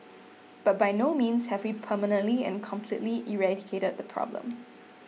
but by no means have we permanently and completely eradicated the problem